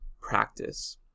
practice